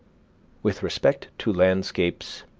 with respect to landscapes,